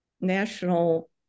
national